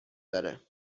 داره